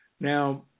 Now